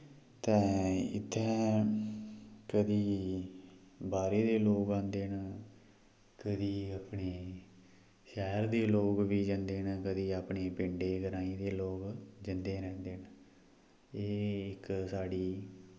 ते इत्थें कदीं बाह्रे दे लोग आंदे न कदीं अपने शैह्र दे लोग बी जंदे न कदीं अपने पिंडे ग्राएं दे लोग जंदे रैहंदे न एह् इक साढ़ी